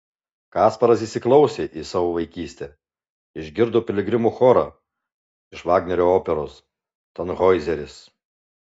kasparas įsiklausė į savo vaikystę išgirdo piligrimų chorą iš vagnerio operos tanhoizeris